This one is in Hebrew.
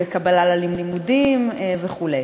בקבלה ללימודים וכו'.